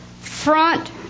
front